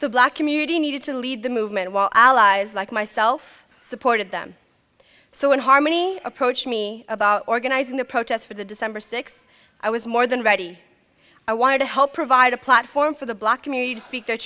the black community needed to lead the movement while allies like myself supported them so in harmony approached me about organizing the protests for the december sixth i was more than ready i wanted to help provide a platform for the black community to speak th